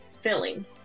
filling